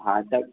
हा त